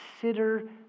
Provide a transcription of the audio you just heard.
consider